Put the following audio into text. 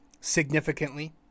significantly